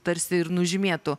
tarsi ir nužymėtų